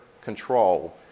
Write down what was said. control